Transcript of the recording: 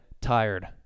tired